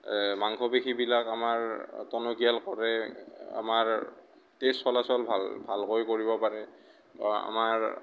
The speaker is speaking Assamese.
মাংসপেশীবিলাক আমাৰ টনকিয়াল কৰে আমাৰ তেজ চলাচল ভাল ভালকৈ কৰিব পাৰে আমাৰ